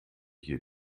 hier